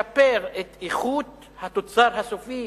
כדי לשפר את איכות התוצר הסופי